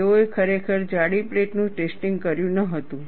તેઓએ ખરેખર જાડી પ્લેટોનું ટેસ્ટિંગ કર્યું ન હતું